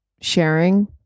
sharing